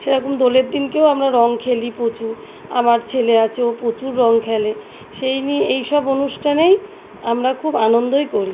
সেরকম দোলের দিনকেও আমরা রঙ খেলি প্রচুর আমার ছেলে আছে ও প্রচুর রঙ খেলে সেই নিয়ে এই সব অনুষ্ঠানেই আমরা খুব আনন্দই করি